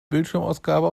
bildschirmausgabe